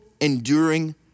enduring